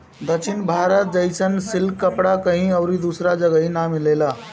दक्षिण भारत जइसन सिल्क कपड़ा कहीं अउरी दूसरा जगही नाइ मिलेला